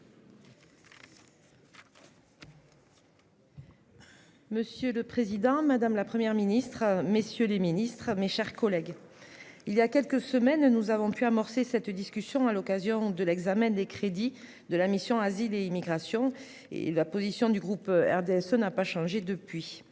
Monsieur le président, madame, la Première ministre, messieurs les ministres, mes chers collègues. Il y a quelques semaines, nous avons pu amorcer cette discussion à l'occasion de l'examen des crédits de la mission asile et immigration. Et la position du groupe RDSE n'a pas changé depuis.